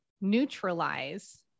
neutralize